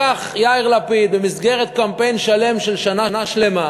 לקח יאיר לפיד, במסגרת קמפיין שלם של שנה שלמה,